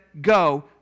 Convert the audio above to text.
go